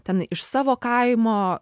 ten iš savo kaimo